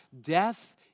Death